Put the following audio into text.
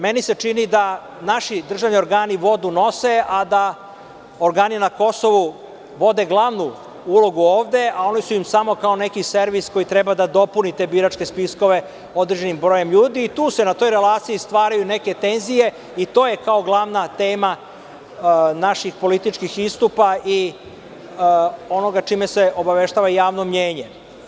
Meni se čini da naši državni organi vodu nose, a da organi na Kosovu vode glavnu ulogu ovde, a oni su im samo kao neki servis koji treba da dopuni te biračke spiskove određenim brojem ljudi i tu se, na toj relaciji, stvaraju neke tenzije i to je kao glavna tema naših političkih istupa i onoga čime se obaveštava javno mnjenje.